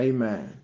Amen